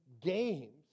games